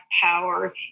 power